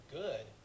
good